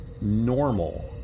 normal